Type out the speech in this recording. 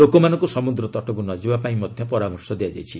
ଲୋକମାନଙ୍କୁ ସମୁଦ୍ର ତଟକୁ ନଯିବା ପାଇଁ ମଧ୍ୟ ପରାମର୍ଶ ଦିଆଯାଇଛି